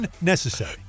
unnecessary